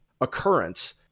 occurrence